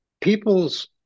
people's